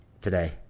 today